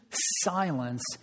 Silence